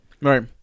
Right